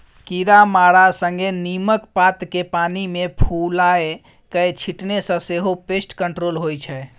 कीरामारा संगे नीमक पात केँ पानि मे फुलाए कए छीटने सँ सेहो पेस्ट कंट्रोल होइ छै